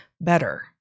better